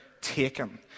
taken